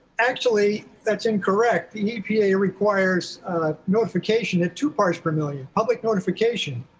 actually that's incorrect. the epa requires a notification at two parts per million. public notification,